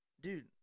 Dude